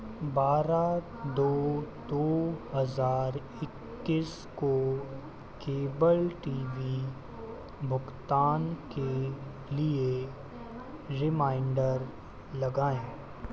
बारह दो दो हज़ार इक्कीस को केबल टीवी भुगतान के लिए रिमाइंडर लगाएं